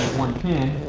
one pin